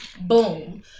Boom